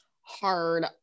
hard